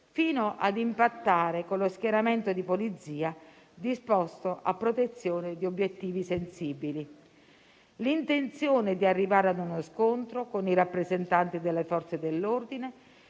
fino ad impattare con lo schieramento di polizia disposto a protezione di obiettivi sensibili. L'intenzione di arrivare ad uno scontro con i rappresentanti delle Forze dell'ordine